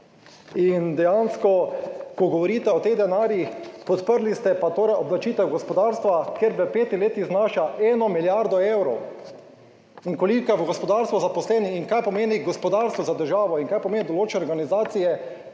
in dejansko, ko govorite o teh denarjih, podprli ste pa torej obdavčitev gospodarstva, ker v petih letih znaša 1 milijardo evrov. In koliko je v gospodarstvu zaposlenih in kaj pomeni gospodarstvo za državo in kaj pomeni določene organizacije,